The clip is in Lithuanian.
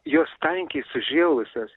jos tankiai sužėlusios